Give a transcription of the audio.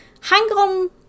Hang-On